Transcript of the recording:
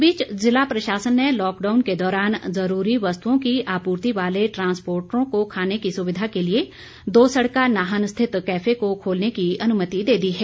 इस बीच जिला प्रशासन ने लॉकडाउन के दौरान ज़रूरी वस्तुओं की आपूर्ति वाले ट्रांसपोर्टरों को खाने की सुविधा के लिए दो सड़का नाहन स्थित कैफे को खोलने की अनुमति दे दी है